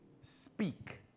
speak